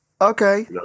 okay